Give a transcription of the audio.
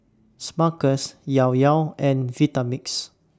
Smuckers Llao Llao and Vitamix